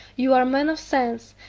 you are men of sense,